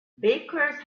bakers